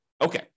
Okay